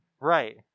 Right